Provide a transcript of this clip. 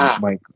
Mike